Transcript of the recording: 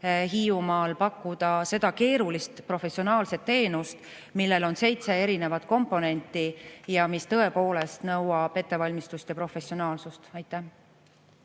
Hiiumaal pakkuda seda keerulist professionaalset teenust, millel on seitse erinevat komponenti ja mis tõepoolest nõuab ettevalmistust ja professionaalsust. Aitäh